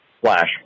Flash